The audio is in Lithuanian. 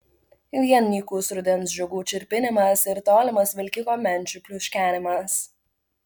vien nykus rudens žiogų čirpinimas ir tolimas vilkiko menčių pliuškenimas